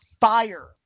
fire